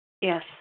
Yes